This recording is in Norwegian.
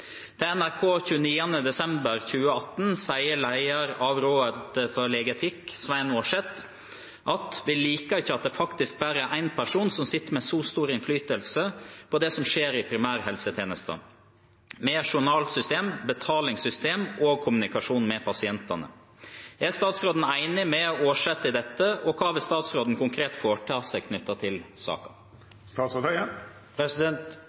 Til NRK 29. desember 2018 sier leder av Rådet for legeetikk, Svein Aarseth, at «vi liker ikke at det faktisk bare er én person som sitter med så stor innflytelse på det som skjer i primærhelsetjenesten, med journalsystemer, betalingssystemer og kommunikasjon med pasientene». Er statsråden enig med Aarseth i dette, og hva vil statsråden konkret foreta seg knyttet til